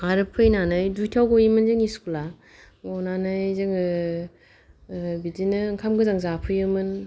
आरो फैनानै दुइथायाव गयोमोन जोंनि स्कुला गनानै जोङो बिदिनो ओंखाम गोजां जाफैयोमोन